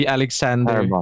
Alexander